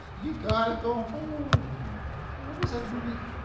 you gotta go home what was that movie?